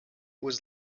was